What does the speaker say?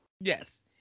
Yes